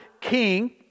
king